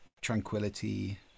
tranquility